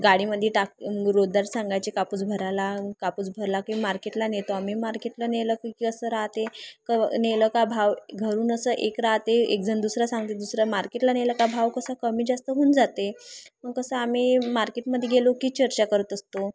गाडीमध्ये टाक रोजदार सांगायचे कापूस भराला कापूस भरला की मार्केटला नेतो आम्ही मार्केटला नेलं की कसं राहते क नेलं का भाव घरून असं एक राहते एक जण दुसरा सांगते दुसरा मार्केटला नेलं का भाव कसं कमी जास्त होऊन जाते मग कसं आम्ही मार्केटमध्ये गेलो की चर्चा करत असतो